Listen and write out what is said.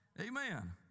Amen